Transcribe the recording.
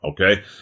okay